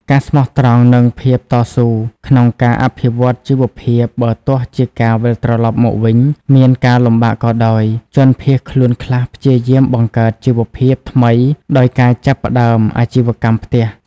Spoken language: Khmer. ការស្មោះត្រង់និងភាពតស៊ូក្នុងការអភិវឌ្ឍជីវភាពបើទោះជាការវិលត្រឡប់មកវិញមានការលំបាកក៏ដោយ ជនភៀសខ្លួនខ្លះព្យាយាមបង្កើតជីវភាពថ្មីដោយការចាប់ផ្តើមអាជីវកម្មផ្ទះ។